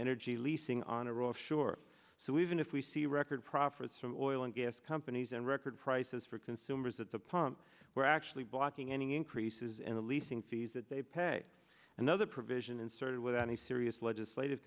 energy leasing on a row of sure so even if we see record profits from oil and gas companies and record prices for consumers at the pump we're actually blocking any increases in the leasing fees that they pay another provision inserted without any serious legislative